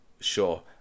Sure